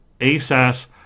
ASAS